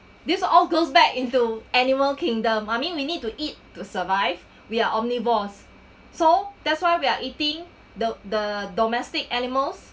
these all goes back into animal kingdom I mean we need to eat to survive we are omnivores so that's why we are eating the the domestic animals